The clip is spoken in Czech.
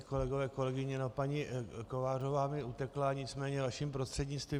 Kolegové, kolegové, paní Kovářová mi utekla, nicméně vaším prostřednictvím.